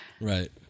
Right